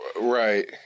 Right